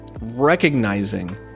recognizing